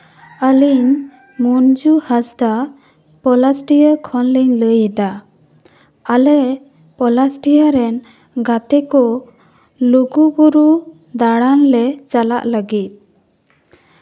ᱟᱹᱞᱤᱧ ᱢᱚᱧᱡᱩ ᱦᱟᱸᱥᱫᱟ ᱯᱚᱞᱟᱥᱰᱤᱦᱟᱹ ᱠᱷᱚᱱᱞᱤᱧ ᱞᱟᱹᱭᱮᱫᱟ ᱟᱞᱮ ᱯᱚᱞᱟᱥᱰᱤᱦᱟᱹ ᱨᱮᱱ ᱜᱟᱛᱮ ᱠᱚ ᱞᱩᱜᱩᱵᱩᱨᱩ ᱫᱟᱲᱟᱱ ᱞᱮ ᱪᱟᱞᱟᱜ ᱞᱟᱹᱜᱤᱫ